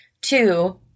Two